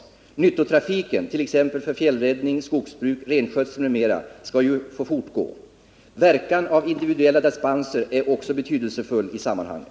Tisdagen den Nyttotrafiken, t.ex. för fjällräddning, skogsbruk och renskötsel, skall ju få 24 april 1979 fortgå. Verkan av individuella dispenser är också betydelsefull i samman hanget.